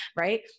Right